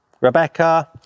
rebecca